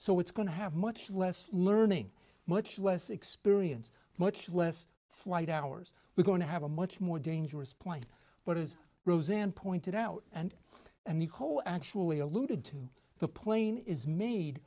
so it's going to have much less learning much less experience much less flight hours we're going to have a much more dangerous plane but it roseanne pointed out and and the whole actually alluded to the plane is made